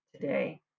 today